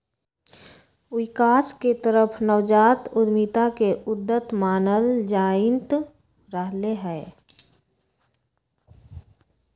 विकास के तरफ नवजात उद्यमिता के उद्यत मानल जाईंत रहले है